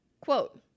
Quote